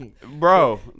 Bro